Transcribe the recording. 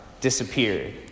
disappeared